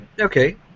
Okay